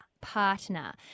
partner